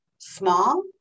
small